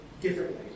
differently